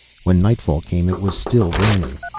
when nightfall came it was still raining.